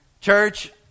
Church